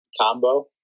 combo